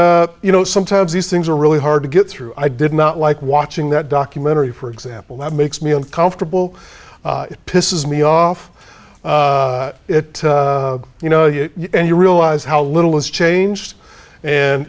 and you know sometimes these things are really hard to get through i did not like watching that documentary for example that makes me uncomfortable it pisses me off it you know and you realise how little has changed